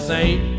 Saint